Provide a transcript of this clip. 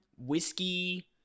whiskey